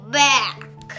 back